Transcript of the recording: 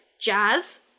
Jazz